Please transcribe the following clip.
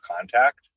contact